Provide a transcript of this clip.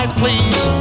please